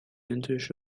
identisch